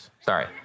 Sorry